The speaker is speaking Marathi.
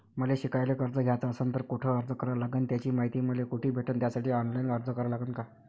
मले शिकायले कर्ज घ्याच असन तर कुठ अर्ज करा लागन त्याची मायती मले कुठी भेटन त्यासाठी ऑनलाईन अर्ज करा लागन का?